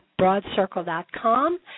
broadcircle.com